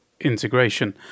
integration